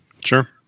Sure